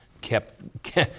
kept